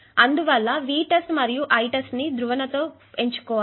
అందువల్ల V test మరియు Itest ని ధ్రువణత తో ఎంచుకోవాలి